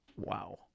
Wow